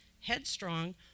headstrong